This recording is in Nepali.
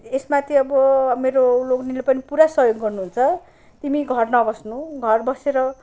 यसमा चाहिँ अब मेरो लोग्नेले पनि पुरा सहयोग गर्नुहुन्छ तिमी घर नबस्नु घर बसेर